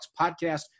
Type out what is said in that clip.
podcast